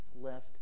left